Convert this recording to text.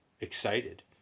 excited